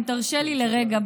אם תרשה לי לרגע,